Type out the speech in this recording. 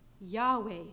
Yahweh